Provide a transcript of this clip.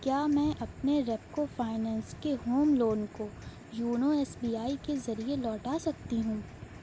کیا میں اپنے ریپکو فائنانس کے ہوم لون کو یونو ایس بی آئی کے ذریعے لوٹا سکتی ہوں